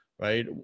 right